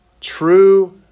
true